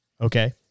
Okay